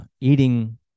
eating